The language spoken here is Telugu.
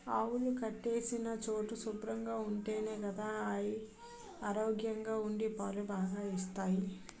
ఆవులు కట్టేసిన చోటు శుభ్రంగా ఉంటేనే గదా అయి ఆరోగ్యంగా ఉండి పాలు బాగా ఇస్తాయి